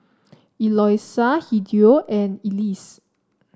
Eloisa Hideo and Elease